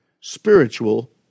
spiritual